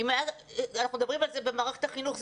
אנחנו מדברים על זה במערכת החינוך,